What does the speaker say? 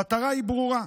המטרה היא ברורה: